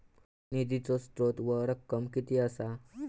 निधीचो स्त्रोत व रक्कम कीती असा?